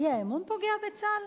האי-אמון פוגע בצה"ל?